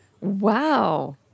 Wow